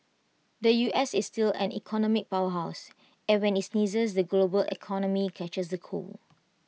the U S is still an economic power house and when IT sneezes the global economy catches A cold